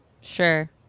sure